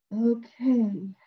Okay